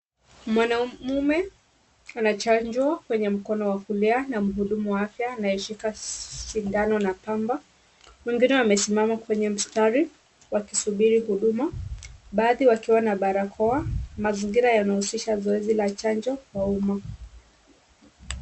Mwanaume anachanjwa kwenye mkono wa kulia na mhudumu wa afya anayeshika sindano na pamba. Wengine wamesimama kwenye mstari wakisubiri huduma, baadhi wakiwa na barakoa. Mazingira yanahusisha zoezi la chanjo kwa umma.